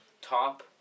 Top